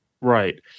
Right